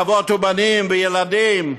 אבות ובנים וילדים,